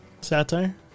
Satire